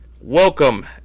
Welcome